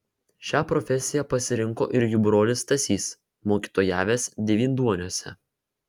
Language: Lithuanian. šią profesiją pasirinko ir jų brolis stasys mokytojavęs devynduoniuose